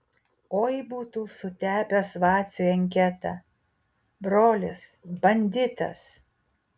oi būtų sutepęs vaciui anketą brolis banditas